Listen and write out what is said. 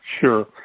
Sure